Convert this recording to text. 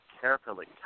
carefully